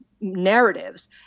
narratives